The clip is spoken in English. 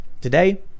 Today